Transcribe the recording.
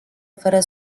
fără